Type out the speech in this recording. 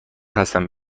هستم